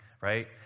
right